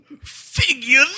Figure